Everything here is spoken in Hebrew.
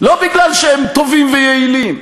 לא כי הם טובים ויעילים.